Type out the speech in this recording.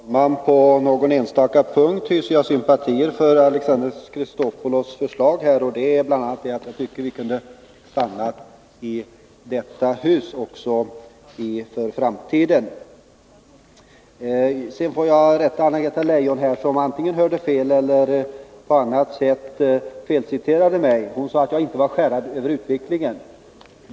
Herr talman! På någon enstaka punkt hyser jag sympati för Alexander Chrisopoulos förslag — bl.a. tycker jag att vi kunde ha stannat kvar i detta hus för framtiden. Sedan får jag rätta Anna-Greta Leijon, som antingen hörde fel eller av någon annan anledning felciterade mig. Hon sade att jag inte var skärrad av utvecklingen.